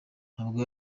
ntabwo